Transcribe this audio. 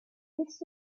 list